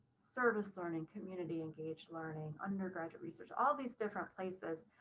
service learning, community engaged learning, undergraduate research, all these different places,